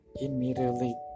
immediately